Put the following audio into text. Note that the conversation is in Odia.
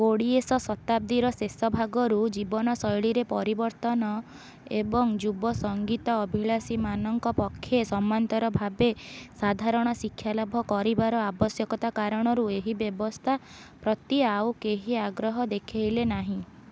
କୋଡ଼ିଏଶ ଶତାବ୍ଦୀର ଶେଷଭାଗରୁ ଜୀବନଶୈଳୀରେ ପରିବର୍ତ୍ତନ ଏବଂ ଯୁବ ସଙ୍ଗୀତ ଅଭିଳାଷୀମାନଙ୍କ ପକ୍ଷେ ସମାନ୍ତର ଭାବେ ସାଧାରଣ ଶିକ୍ଷା ଲାଭ କରିବାର ଆବଶ୍ୟକତା କାରଣରୁ ଏହି ବ୍ୟବସ୍ଥା ପ୍ରତି ଆଉ କେହି ଆଗ୍ରହ ଦେଖାଇଲେ ନାହିଁ